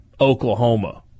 Oklahoma